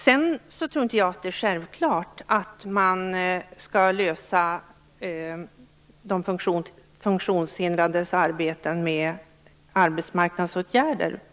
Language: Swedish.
Jag tror inte att det är självklart att man skall lösa de funktionshindrades problem med att få arbete med arbetsmarknadsåtgärder.